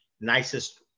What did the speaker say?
nicest